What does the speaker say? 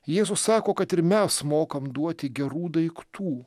jėzus sako kad ir mes mokam duoti gerų daiktų